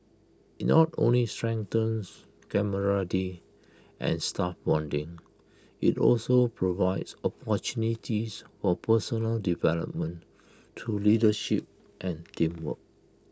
IT not only strengthens camaraderie and staff bonding IT also provides opportunities for personal development through leadership and teamwork